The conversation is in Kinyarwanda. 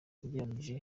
ugereranyije